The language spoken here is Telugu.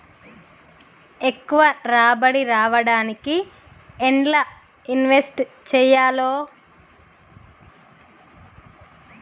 ఎక్కువ రాబడి రావడానికి ఎండ్ల ఇన్వెస్ట్ చేయాలే?